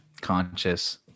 conscious